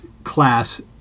class